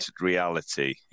reality